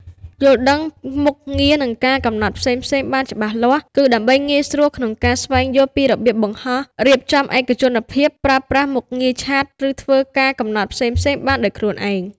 យល់ដឹងមុខងារ និងការកំណត់ផ្សេងៗបានច្បាស់លាស់ គឺដើម្បីងាយស្រួលក្នុងការស្វែងយល់ពីរបៀបបង្ហោះ រៀបចំឯកជនភាព ប្រើប្រាស់មុខងារឆាត ឬធ្វើការកំណត់ផ្សេងៗបានដោយខ្លួនឯង។